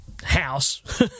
House